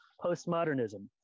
postmodernism